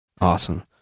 Awesome